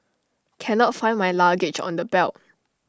cannot find my luggage on the belt